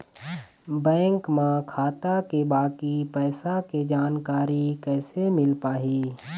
Bank म खाता के बाकी पैसा के जानकारी कैसे मिल पाही?